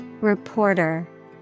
Reporter